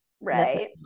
right